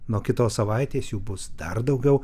nuo kitos savaitės jų bus dar daugiau